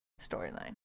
storyline